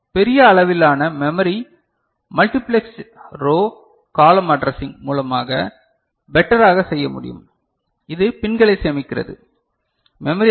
பெரிய அளவிலான memory multiplexed row column addressing மூலமாக பெட்டராக செய்ய முடியும் இது பின்களை சேமிக்கிறது மெமரி ஐ